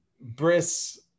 Briss